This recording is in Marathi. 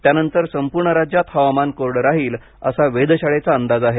त्यानंतर संपूर्ण राज्यात हवामान कोरडं राहील असा वेधशाळेचा अंदाज आहे